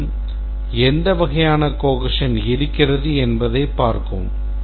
மேலும் எந்த வகையான cohesion இருக்கிறது என்பதைப் பார்க்கவும்